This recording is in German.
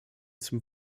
zum